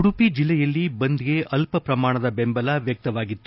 ಉಡುಪಿ ಜಿಲ್ಲೆಯಲ್ಲಿ ಬಂದ್ಗೆ ಅಲ್ಲ ಪ್ರಮಾಣದ ಬೆಂಬಲ ವ್ಯಕ್ತವಾಗಿದೆ